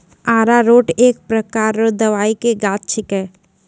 अरारोट एक प्रकार रो दवाइ के गाछ छिके